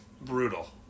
brutal